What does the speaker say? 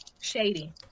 shady